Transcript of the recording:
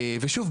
ושוב,